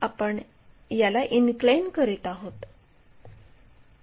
आपल्याला खरी लांबी माहित आहे